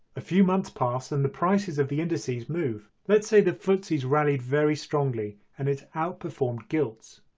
a few months pass and the prices of the indices move. let's say the ftse's rallied very strongly and it's outperformed gilts.